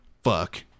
Fuck